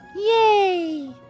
Yay